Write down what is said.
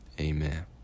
Amen